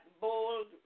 bold